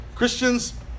Christians